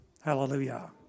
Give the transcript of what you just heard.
Hallelujah